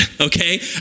okay